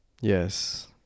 Yes